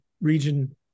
region